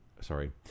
Sorry